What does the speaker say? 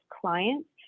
clients